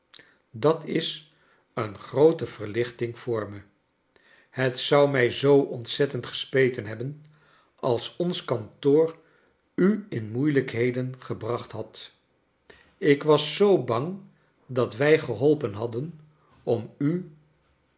dat is een groote verlichting voor me het zou mij zoo ontzettend gespeten hebben als ons kantoor u in moeilijkheden gebracht had ik was zoo bang dat wij geholpen hadden om n